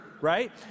Right